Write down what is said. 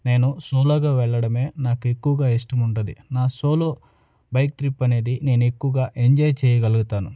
నేను సోలాగా వెళ్ళడమే నాకెక్కువగా ఇష్టముంటుంది నా సోలో బైక్ ట్రిప్ అనేది నేనెక్కువగా ఎంజాయ్ చెయ్యగలుగుతాను